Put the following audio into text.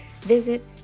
visit